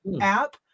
app